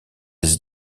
des